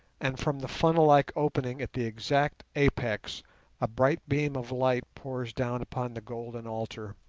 and from the funnel-like opening at the exact apex a bright beam of light pours down upon the golden altar.